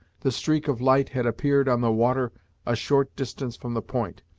the streak of light had appeared on the water a short distance from the point,